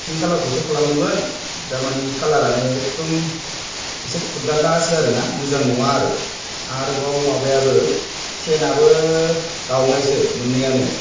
Fink कालारखौसो खालामदों मोन दा मानि कालारानो एकदम एसे फुदलालासो आरो ना मोजां नङा आरोबाव माबायाबो सेनाबो गावनायसो मोननैयानो